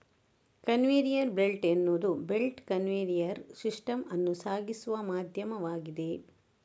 conveyor belt ಎನ್ನುವುದು belt conveyor system ಅನ್ನು ಸಾಗಿಸುವ ಮಾಧ್ಯಮವಾಗಿದೆ